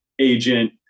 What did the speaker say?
agent